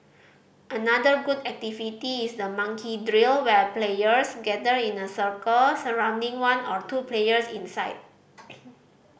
another good activity is the monkey drill where players gather in a circle surrounding one or two players inside